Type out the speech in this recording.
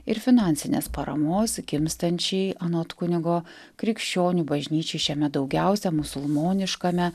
ir finansinės paramos gimstančiai anot kunigo krikščionių bažnyčiai šiame daugiausia musulmoniškame